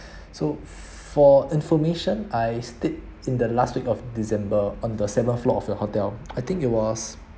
so for information I stayed in the last week of december on the seventh floor of the hotel I think it was